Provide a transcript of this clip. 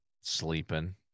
sleeping